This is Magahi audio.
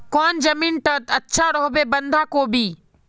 कौन जमीन टत अच्छा रोहबे बंधाकोबी?